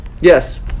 Yes